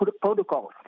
protocols